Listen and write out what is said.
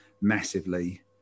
massively